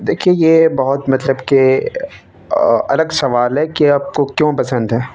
دیکھیے یہ بہت مطلب کہ الگ سوال ہے کہ آپ کو کیوں پسند ہے